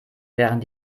während